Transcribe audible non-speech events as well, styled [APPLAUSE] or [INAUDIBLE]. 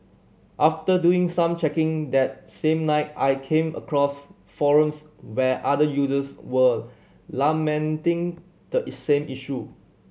after doing some checking that same night I came across forums where other users were lamenting the [UNINTELLIGIBLE] same issue